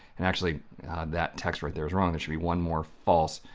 and actually that text right there is wrong, there should be one more false